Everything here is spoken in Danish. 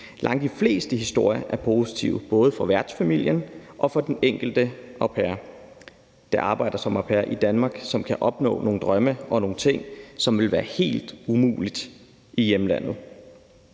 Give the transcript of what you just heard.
Langt de fleste historier er positive, både for værtsfamilien og for den enkelte au pair. Dem, der arbejder som au pair i Danmark, kan opfylde nogle drømme og opnå nogle ting, som ville være helt umulige i hjemlandet.